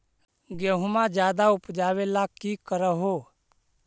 गेहुमा ज्यादा उपजाबे ला की कर हो?